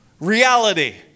reality